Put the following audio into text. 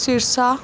Sirsa